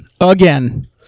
again